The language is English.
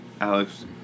Alex